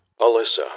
Alyssa